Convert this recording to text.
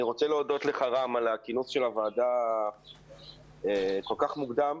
אני רוצה להודות לך רם על הכינוס של הוועדה כל כך מוקדם.